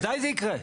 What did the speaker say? ודאי זה יקרה.